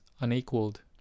unequaled